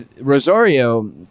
Rosario